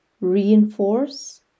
reinforce